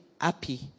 happy